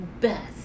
Best